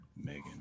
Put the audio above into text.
Megan